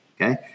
Okay